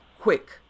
quick